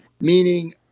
meaning